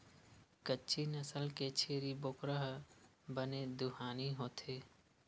कच्छी नसल के छेरी बोकरा ह बने दुहानी होथे